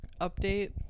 update